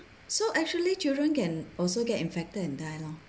so actually children can also get infected and die lor